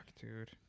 dude